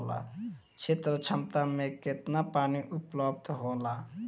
क्षेत्र क्षमता में केतना पानी उपलब्ध होला?